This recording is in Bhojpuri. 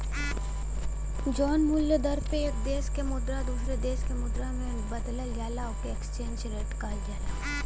जौन मूल्य दर पर एक देश क मुद्रा दूसरे देश क मुद्रा से बदलल जाला ओके एक्सचेंज रेट कहल जाला